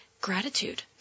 gratitude